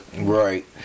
right